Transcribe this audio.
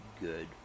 good